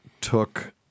took